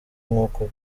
nkuko